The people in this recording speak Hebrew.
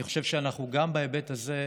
אני חושב שגם בהיבט הזה,